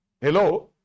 Hello